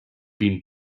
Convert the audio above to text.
been